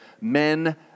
men